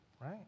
right